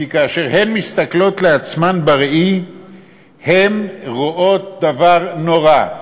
כי כאשר הן מסתכלות על עצמן בראי הן רואות דבר נורא.